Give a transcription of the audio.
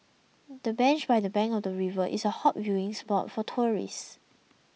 the bench by the bank of the river is a hot viewing spot for tourists